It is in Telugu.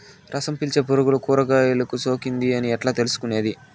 రసం పీల్చే పులుగులు కూరగాయలు కు సోకింది అని ఎట్లా తెలుసుకునేది?